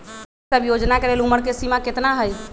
ई सब योजना के लेल उमर के सीमा केतना हई?